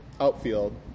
outfield